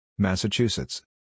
Massachusetts